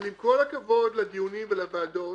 אבל עם כל הכבוד לדיונים ולוועדות,